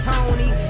Tony